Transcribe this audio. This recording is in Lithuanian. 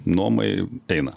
nuomai eina